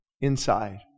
inside